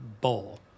bowl